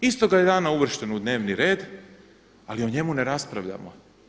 Istoga je dana uvršten u dnevni red ali o njemu ne raspravljamo.